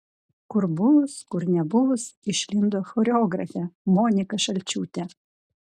kur buvus kur nebuvus išlindo choreografė monika šalčiūtė